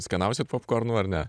skanausit popkornų ar ne